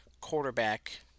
quarterback